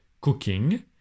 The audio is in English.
cooking